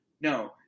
No